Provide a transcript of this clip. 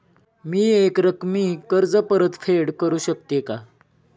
मी एकरकमी कर्ज परतफेड करू शकते का?